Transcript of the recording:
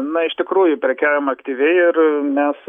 na iš tikrųjų prekiaujama aktyviai ir mes